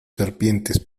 serpientes